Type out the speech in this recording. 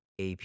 AP